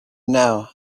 now